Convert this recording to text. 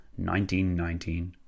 1919